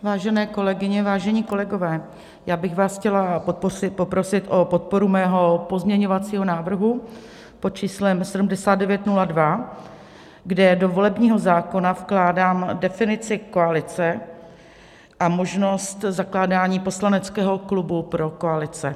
Vážené kolegyně, vážení kolegové, já bych vás chtěla poprosit o podporu svého pozměňovacího návrhu pod číslem 7902, kde do volebního zákona vkládám definici koalice a možnost zakládání poslaneckého klubu pro koalice.